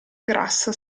grassa